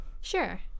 Sure